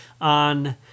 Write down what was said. on